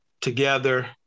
together